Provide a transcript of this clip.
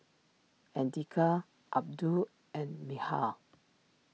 Andika Abdul and Mikhail